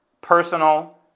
personal